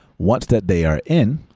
once that they are in,